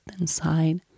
inside